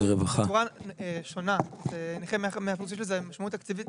בצורה שונה את נכי ה-100% יש לזה משמעות תקציבית